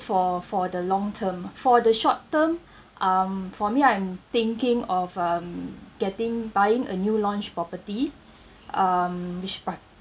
for for the long term for the short term um for me I'm thinking of um getting buying a new launch property um which part